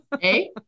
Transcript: Hey